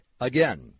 Again